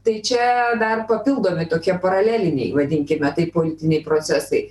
tai čia dar papildomi tokie paraleliniai vadinkime taip politiniai procesai